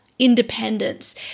independence